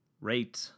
rate